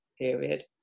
period